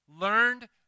learned